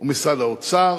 ומשרד האוצר.